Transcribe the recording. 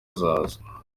azaza